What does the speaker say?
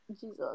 Jesus